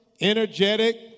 energetic